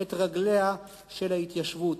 מספיק את רגליה של ההתיישבות.